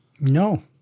No